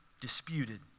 disputed